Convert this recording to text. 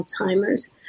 Alzheimer's